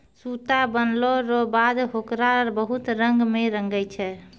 सूता बनलो रो बाद होकरा बहुत रंग मे रंगै छै